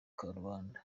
karubanda